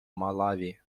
malawi